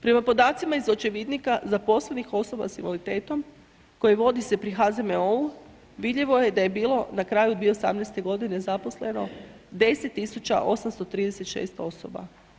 Prema podacima iz očevidnika zaposlenih osoba sa invaliditetom koji vodi se pri HZMO-u, vidljivo je da je bilo na kraju 2018. g. zaposleno 10 836 osoba.